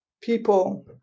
people